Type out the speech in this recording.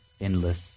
endless